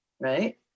right